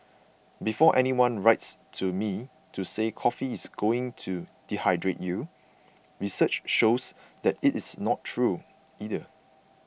before anyone writes to me to say coffee is going to dehydrate you research shows that is not true either